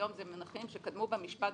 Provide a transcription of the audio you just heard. היום זה מונחים שקדמו במשפט,